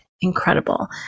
incredible